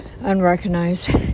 unrecognized